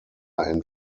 and